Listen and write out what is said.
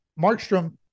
Markstrom